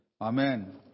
Amen